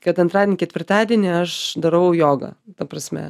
kad antradienį ketvirtadienį aš darau jogą ta prasme